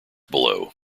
below